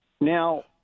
Now